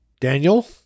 Daniel